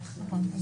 נכון,